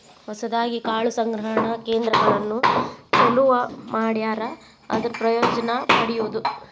ಹೊಸದಾಗಿ ಕಾಳು ಸಂಗ್ರಹಣಾ ಕೇಂದ್ರಗಳನ್ನು ಚಲುವ ಮಾಡ್ಯಾರ ಅದರ ಪ್ರಯೋಜನಾ ಪಡಿಯುದು